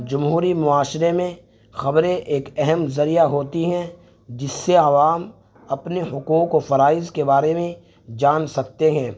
جمہوری معاشرے میں خبریں ایک اہم ذریعہ ہوتی ہیں جس سے عوام اپنے حقوق و فرائض کے بارے میں جان سکتے ہیں